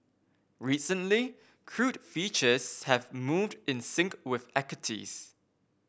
recently crude futures have moved in sync with equities